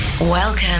Welcome